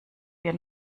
wir